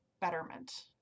betterment